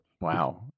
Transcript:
wow